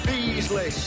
Beasley